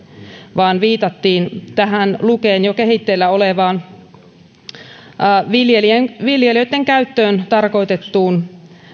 vaan viitattiin tähän luken jo kehitteillä olevaan viljelijöitten käyttöön tarkoitettuun